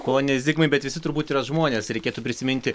pone zigmai bet visi turbūt yra žmonės reikėtų prisiminti